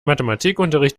mathematikunterricht